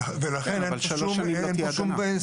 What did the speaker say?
כן, אבל שלוש שנים לא תהיה הגנה.